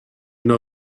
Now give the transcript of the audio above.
know